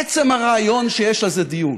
עצם הרעיון שיש על זה דיון,